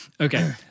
Okay